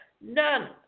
None